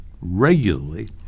regularly